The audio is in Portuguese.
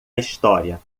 história